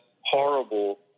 horrible